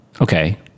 Okay